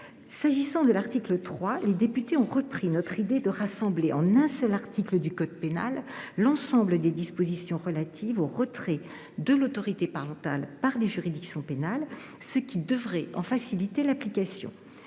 qui concerne l’article 3, les députés ont repris notre idée de rassembler en un seul article du code pénal l’ensemble des dispositions relatives au retrait de l’autorité parentale par les juridictions pénales, ce qui devrait en faciliter l’application.